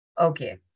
Okay